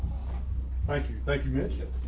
thank you. thank you, mitchell.